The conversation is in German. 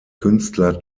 künstler